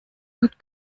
und